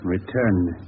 Returned